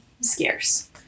scarce